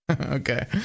Okay